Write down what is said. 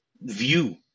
view